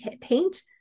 paint